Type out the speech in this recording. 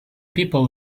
people